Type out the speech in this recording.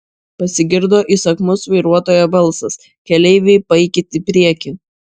pasigirdo įsakmus vairuotojo balsas keleiviai paeikit į priekį